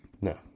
No